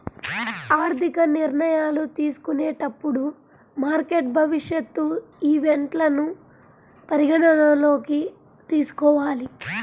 ఆర్థిక నిర్ణయాలు తీసుకునేటప్పుడు మార్కెట్ భవిష్యత్ ఈవెంట్లను పరిగణనలోకి తీసుకోవాలి